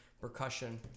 percussion